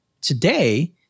Today